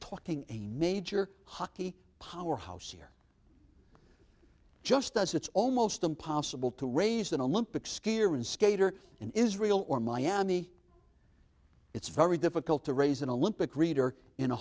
talking a major hockey powerhouse here just as it's almost impossible to raise an olympic skier in skater in israel or miami it's very difficult to raise an olympic reader in a